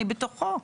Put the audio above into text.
אני בתוכו.